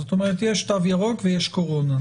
זאת אומרת יש תו ירוק ויש קורונה,